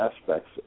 aspects